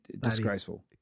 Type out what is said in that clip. Disgraceful